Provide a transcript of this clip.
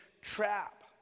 trap